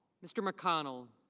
mr. mcconnell.